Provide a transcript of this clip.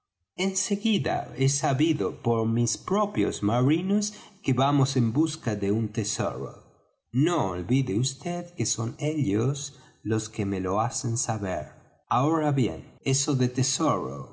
seguida he sabido por mis propios marinos que vamos en busca de un tesoro no olvide vd que son ellos los que me lo hacen saber ahora bien eso de tesoro